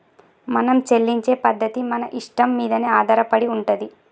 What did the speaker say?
మనం చెల్లించే పద్ధతి మన ఇష్టం మీదనే ఆధారపడి ఉంటది